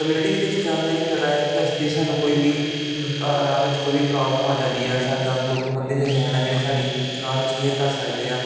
community ਦੇ ਵਿੱਚ ਜਾਣ ਦਾ ਇਹ ਫਾਇਦਾ ਹੈ ਕਿ ਜੇ ਸਾਨੂੰ ਕੋਈ ਵੀ ਰਾਹ ਵਿੱਚ ਕੋਈ ਵੀ ਪ੍ਰੋਬਲਮ ਆ ਜਾਂਦੀ ਹੈ ਸਾਡੇ ਨਾਲ ਲੋਕ ਬੰਦੇ ਤਾਂ ਹੈ ਨਾ ਜਿਹੜੇ ਸਾਡੀ ਰਾਹ ਵਿੱਚ ਕੇਅਰ ਕਰ ਸਕਦੇ ਆ